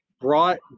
brought